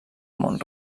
mont